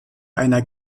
einer